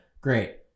Great